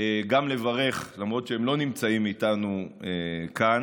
גם לברך, למרות שהם לא נמצאים איתנו כאן,